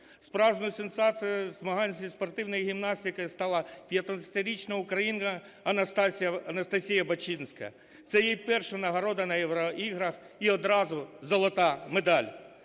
Справжньою сенсацією змагань зі спортивної гімнастики стала 15-річна українка Анастасія Бачинська. Це її перша нагорода на Євроіграх і одразу золота медаль.